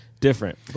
different